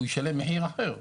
הוא ישלם מחיר אחר,